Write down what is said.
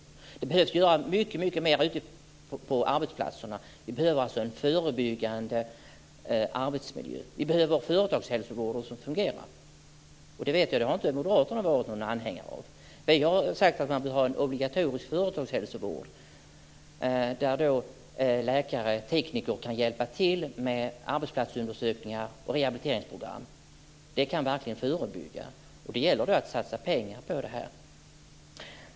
Det behöver göras mycket mer ute på arbetsplatserna. Vi behöver en förebyggande arbetsmiljö. Vi behöver en företagshälsovård som fungerar. Detta vet jag att Moderaterna inte har varit några anhängare av. Vi har sagt att vi vill ha en obligatorisk företagshälsovård där läkare och tekniker kan hjälpa till med arbetsplatsundersökningar och rehabiliteringsprogram. Det kan verkligen förebygga. Det gäller då att satsa pengar på detta.